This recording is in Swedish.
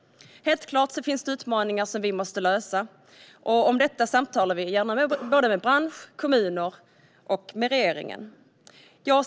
Helt klart finns det utmaningar som vi måste lösa, och om detta samtalar vi gärna med bransch, kommuner och regeringen.